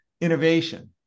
innovation